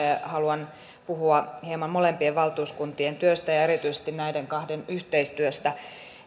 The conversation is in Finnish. haluan puhua hieman molempien valtuuskuntien työstä ja ja erityisesti näiden kahden yhteistyöstä